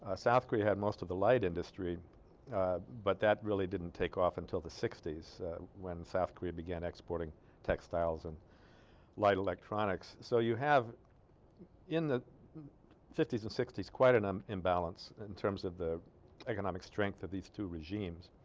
ah south korea have most of the light industry ah. but that really didn't take off until the sixties when south korea began exporting textiles and light electronics so you have in the fifties and sixties quite a and um imbalance in terms of the economic strength of these two regimes